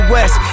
West